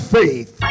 faith